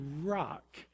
rock